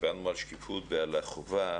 דיברנו על השקיפות ועל החובה,